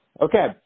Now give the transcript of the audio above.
Okay